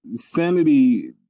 sanity